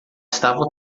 estava